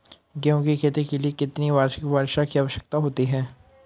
गेहूँ की खेती के लिए कितनी वार्षिक वर्षा की आवश्यकता होती है?